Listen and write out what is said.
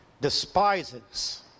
despises